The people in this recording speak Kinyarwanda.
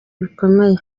bikomeye